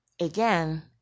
again